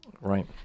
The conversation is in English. Right